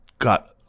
got